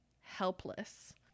helpless